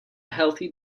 healthy